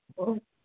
ஓ